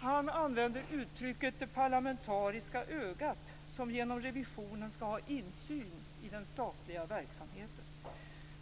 Han använder uttrycket "det parlamentariska ögat", som genom revisionen skall ha insyn i det statliga verksamheten.